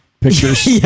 pictures